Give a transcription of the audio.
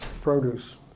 produce